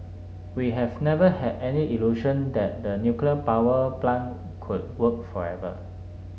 we have never had any illusion that the nuclear power plant could work forever